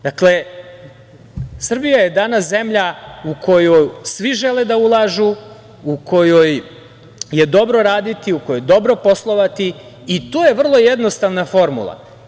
Dakle, Srbija je danas zemlja u koju svi žele da ulažu, u kojoj je dobro raditi, u kojoj je dobro poslovati i to je vrlo jednostavna formula.